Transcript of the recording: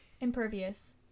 Impervious